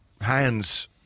hands